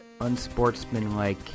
unsportsmanlike